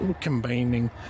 Combining